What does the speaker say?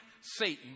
Satan